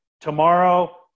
tomorrow